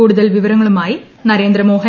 കൂടുതൽ വിവരങ്ങളുമായി ന്റ്റേന്ദ്രമോഹൻ